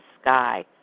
sky